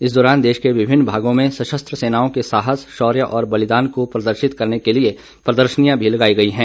इस दौरान देश के विभिन्न भागों में सशस्त्र सेनाओं के साहस शौर्य और बलिदान को प्रदर्शित करने के लिए प्रदशर्नियां भी लगाई गई हैं